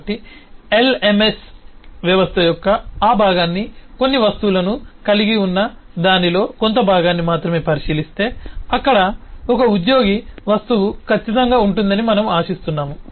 కాబట్టి LMS వ్యవస్థ యొక్క ఆ భాగాన్ని కొన్ని వస్తువులను కలిగి ఉన్న దానిలో కొంత భాగాన్ని మాత్రమే పరిశీలిస్తే అక్కడ ఒక ఉద్యోగి వస్తువు ఖచ్చితంగా ఉంటుందని మనము ఆశిస్తున్నాము